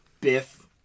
Biff